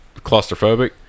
claustrophobic